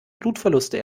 blutverluste